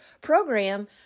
program